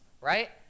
right